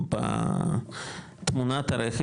בתמונת הרכש,